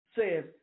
Says